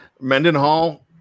Mendenhall